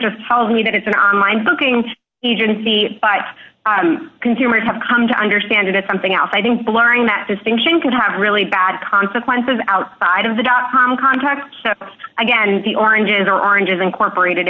just tells me that it's an on line booking agency but consumers have come to understand it something else i think blurring that distinction could have really bad consequences outside of the dot com contract again the oring is or orange is incorporated